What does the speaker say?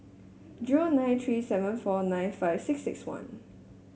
zero nine three seven four nine five six six one